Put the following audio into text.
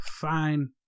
Fine